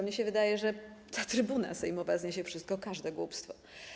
Mnie się wydaje, że ta trybuna sejmowa zniesie wszystko, każde głupstwo.